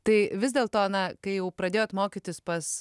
tai vis dėlto na kai jau pradėjot mokytis pas